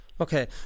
Okay